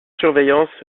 surveillance